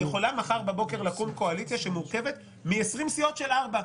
יכולה מחר בבוקר לקום קואליציה שמורכבת מ-20 סיעות של ארבעה.